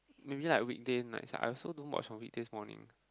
maybe like weekday nights I also don't watch movie this morning